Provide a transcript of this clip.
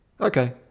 Okay